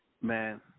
Man